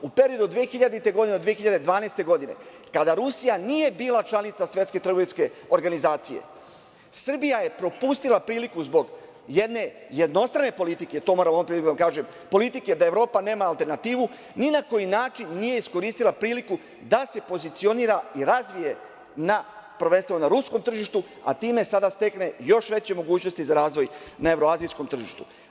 U periodu od 2000. godine do 2012. godine, kada Rusija nije bila članica Svetske trgovinske organizacije, Srbija je propustila priliku zbog jedne jednostrane politike, to moram ovom prilikom da vam kažem, politike da Evropa nema alternativu, ni na koji način nije iskoristila priliku da se pozicionira i razvije prvenstveno na ruskom tržištu, a time sada stekne još veće mogućnosti za razvoj na evroazijskom tržištu.